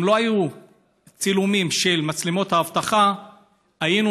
אם לא היו צילומים של מצלמות האבטחה היינו